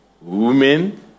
women